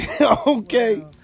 Okay